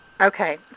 Okay